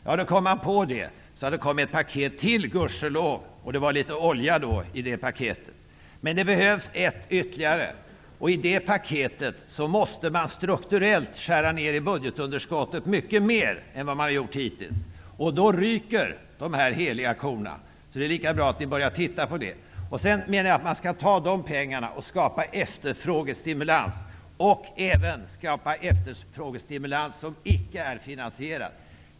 När man kom på det, kom det gudskelov ännu ett paktet som innehöll litet olja. Men det behövs ytterligare ett paket. I detta paket måste man strukturellt skära ned budgetunderskottet mycket mer än vad man hittills har gjort. Då ryker de heliga korna, så att det är lika bra att ni börjar titta på saken. De pengar som då inbesparas bör användas till att skapa efterfrågestimulans, även efterfrågastimulans som icke är finansierad.